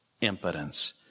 impotence